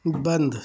बन्द